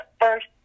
first